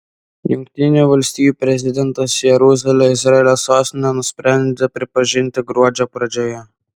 jungtinių valstijų prezidentas jeruzalę izraelio sostine nusprendė pripažinti gruodžio pradžioje